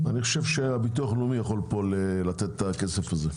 אני חושב שהביטוח הלאומי יכול לתת כאן את הכסף הזה.